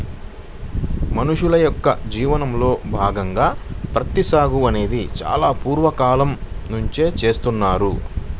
మనుషుల యొక్క జీవనంలో భాగంగా ప్రత్తి సాగు అనేది చాలా పూర్వ కాలం నుంచే చేస్తున్నారు